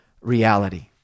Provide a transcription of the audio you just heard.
reality